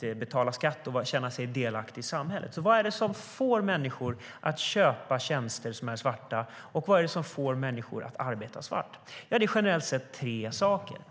betala skatt och känna sig delaktig i samhället. Vad är det som får människor att köpa tjänster som är svarta, och vad är det som får människor att arbeta svart? Jo, det är generellt sett tre saker.